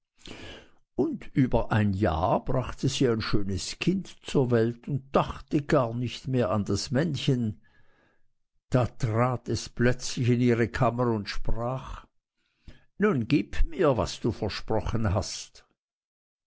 königin über ein jahr brachte sie ein schönes kind zur welt und dachte gar nicht mehr an das männchen da trat es plötzlich in ihre kammer und sprach nun gib mir was du versprochen hast